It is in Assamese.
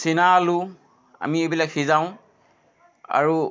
চীনাআলু আমি এইবিলাক সিজাওঁ আৰু